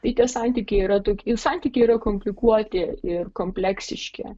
tai tie santykiai yra tokie santykiai yra komplikuoti ir kompleksiški